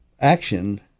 action